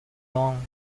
long